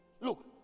Look